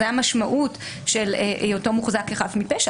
זאת המשמעות של היותו מוחזק כחף מפשע,